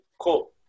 cool